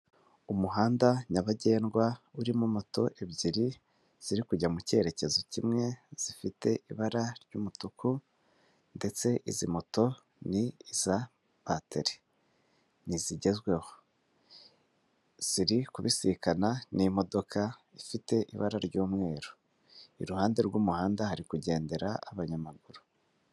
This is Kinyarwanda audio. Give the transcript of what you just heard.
Umuhanda nyabagendwa urimo moto ebyiri ziri kujya mu cyerekezo kimwe zifite ibara ry'umutuku ndetse izi moto ni iza bateri ni izigezweho ziri kubisikana n'imodoka ifite ibara ry'umweru, iruhande rw'umuhanda hari kugendera abanyamaguru.